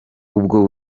ubwo